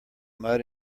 mud